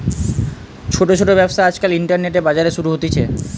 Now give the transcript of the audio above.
ছোট ছোট ব্যবসা আজকাল ইন্টারনেটে, বাজারে শুরু হতিছে